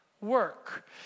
work